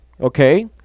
okay